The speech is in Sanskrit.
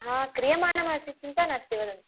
हा क्रियमाणमस्ति चिन्ता नास्ति वदन्तु